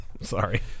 Sorry